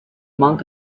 monk